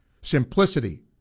Simplicity